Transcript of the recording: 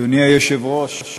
אדוני היושב-ראש,